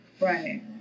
Right